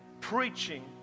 preaching